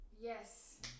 Yes